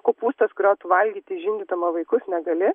kopūstas kurio tu valgyti žindydama vaikus negali